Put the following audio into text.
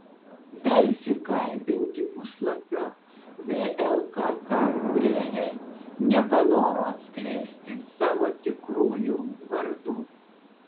delfi kalbinti puslapio vlkk kūrėjai nepanoro atskleisti savo tikrųjų vardų